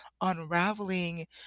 unraveling